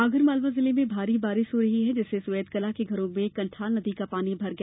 आगरमालवा जिले में भारी बारिश हो रही है जिससे सोयतकलां के घरों में कंठाल नदी का पानी भर गया